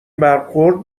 برخورد